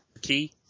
key